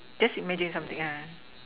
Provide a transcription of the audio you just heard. just imagine something yeah yeah